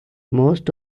most